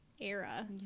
era